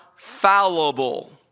Fallible